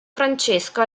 francesco